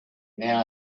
now